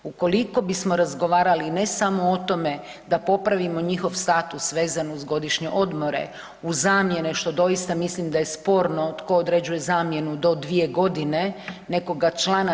Ukoliko bismo razgovarali ne samo o tome da popravimo njihov status vezano uz godišnje odmore, uz zamjene što doista mislim da je sporno tko određuje zamjenu do 2 godine nekoga člana.